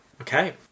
Okay